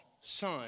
son